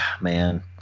Man